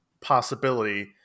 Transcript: possibility